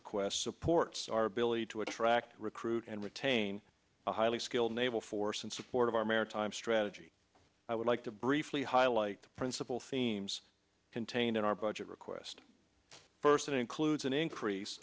supports our ability to attract recruit and retain a highly skilled naval force in support of our maritime strategy i would like to briefly highlight the principal themes contained in our budget request first in includes an increase